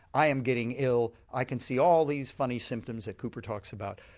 i am getting ill, i can see all these funny symptoms that cooper talks about,